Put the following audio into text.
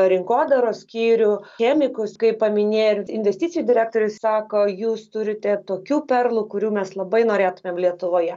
rinkodaros skyrių chemikus kaip paminėjo ir investicijų direktorius sako jūs turite tokių perlų kurių mes labai norėtumėm lietuvoje